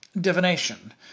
divination